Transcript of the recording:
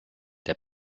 der